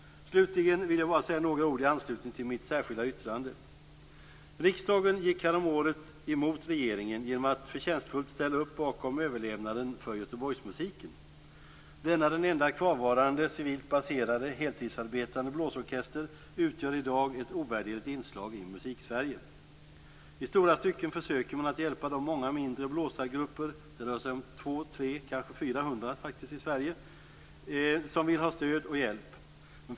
Slutligen vill jag bara säga några ord i anslutning till mitt särskilda yttrande. Riksdagen gick häromåret emot regeringen genom att förtjänstfullt ställa upp bakom överlevnaden för Göteborgsmusiken. Denna enda kvarvarande civilt baserade heltidsarbetande blåsorkester utgör i dag ett ovärderligt inslag i Musiksverige. I stora stycken försöker man att hjälpa de många mindre blåsargrupper - det rör sig om 200 400 i Sverige - som vill ha stöd och hjälp.